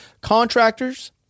contractors